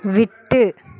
விட்டு